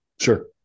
Sure